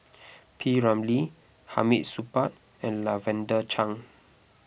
P Ramlee Hamid Supaat and Lavender Chang